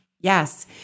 Yes